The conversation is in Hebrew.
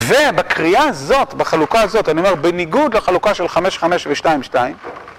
ובקריאה הזאת, בחלוקה הזאת, אני אומר, בניגוד לחלוקה של חמש חמש ושתיים שתיים.